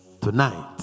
tonight